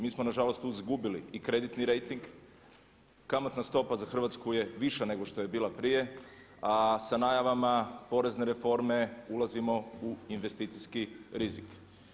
Mi smo nažalost tu izgubili i kreditni rejting, kamatna stopa za Hrvatsku je više nego što je bila prije a sa najavama porezne reforme ulazimo u investicijski rizik.